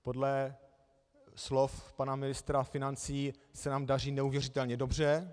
Podle slov pana ministra financí se nám daří neuvěřitelně dobře.